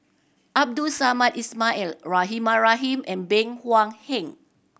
Abdul Samad Ismail Rahimah Rahim and Bey Hua Heng